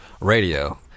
Radio